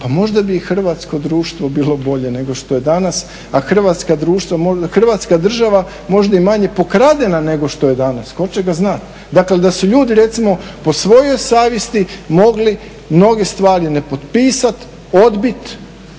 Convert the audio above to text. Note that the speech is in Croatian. pa možda bi i hrvatsko društvo bilo bolje nego što je danas a Hrvatska država možda je i manje pokradena nego što je danas. Tko će ga znati. Dakle da su ljudi recimo po svojoj savjesti mogli mnoge stvari ne potpisati, odbiti,